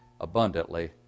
abundantly